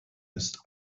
ist